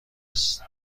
است